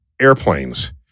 airplanes